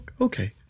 Okay